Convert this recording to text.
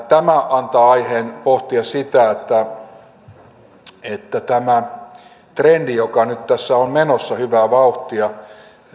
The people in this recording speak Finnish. tämä antaa aiheen pohtia sitä että tämä trendi joka nyt tässä on menossa hyvää vauhtia